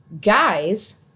guys